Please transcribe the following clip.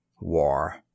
War